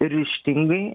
ir ryžtingai